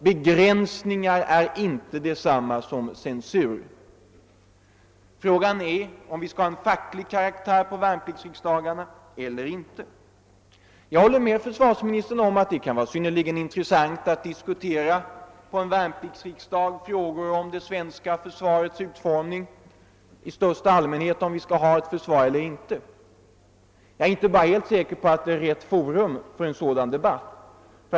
Begränsningar är inte detsamma som censur. Frågan är i stället om värnpliktsriksdagarna skall ha facklig karaktär eller inte. Jag håller med försvarsministern om att det kan vara synnerligen intressant att på en värnpliktsriksdag diskutera sådana frågor som det svenska försvarets utformning och om vi i största allmänhet skall ha ett försvar eller inte. Jag är bara inte helt säker på att värnpliktsriksdagen är rätt forum för en sådan debatt.